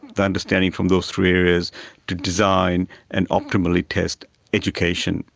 the understanding from those three areas, to design and optimally test education,